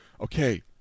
Okay